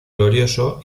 glorioso